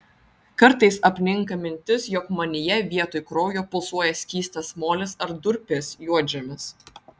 kartais apninka mintis jog manyje vietoj kraujo pulsuoja skystas molis ar durpės juodžemis